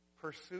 Pursue